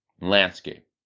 landscape